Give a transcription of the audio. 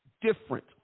different